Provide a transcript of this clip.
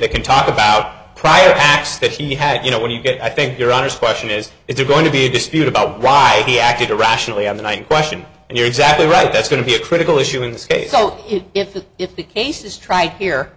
that can talk about prior acts that he had you know when you get i think your honest question is is there going to be a dispute about why he acted irrationally on the one question and you're exactly right that's going to be a critical issue in this case so if the if the case is tried here